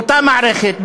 באותה מערכת,